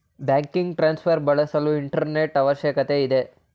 banking transfer ಬಳಸಲು internet ಅವಶ್ಯಕತೆ ಇದೆ